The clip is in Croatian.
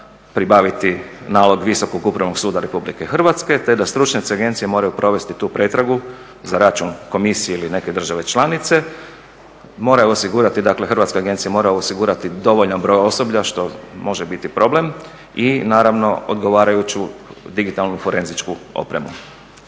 pribaviti nalog Visokog upravnog suda RH te da stručnjaci agencije moraju provesti tu pretragu za račun komisije ili neke države članice, moraju osigurati dakle Hrvatska agenciji mora osigurati dovoljan broj osoblja što može biti problem i naravno odgovarajuću digitalnu forenzičku opremu.